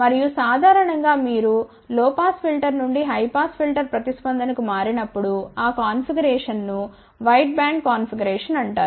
మరియు సాధారణం గా మీరు లో పాస్ ఫిల్టర్ నుండి హై పాస్ ఫిల్టర్ ప్రతిస్పందన కు మారినప్పుడు ఆ కాన్ఫిగరేషన్ను వైడ్ బ్యాండ్ కాన్ఫిగరేషన్ అంటారు